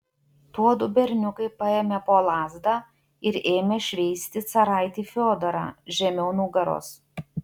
tuodu berniukai paėmė po lazdą ir ėmė šveisti caraitį fiodorą žemiau nugaros